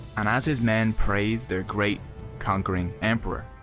and as his men praised their great conquering emperor,